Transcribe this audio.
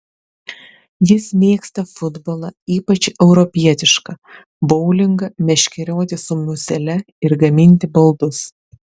jis mėgsta futbolą ypač europietišką boulingą meškerioti su musele ir gaminti baldus